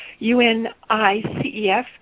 UNICEF